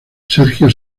sergio